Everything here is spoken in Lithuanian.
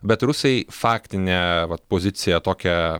bet rusai faktinę vat poziciją tokią